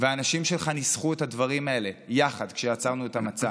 והאנשים שלך ניסחו את הדברים האלה יחד כשיצרנו את המצע.